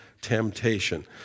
temptation